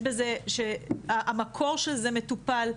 שהמקור של זה מטופל,